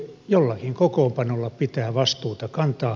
jollakin kokoonpanolla pitää vastuuta kantaa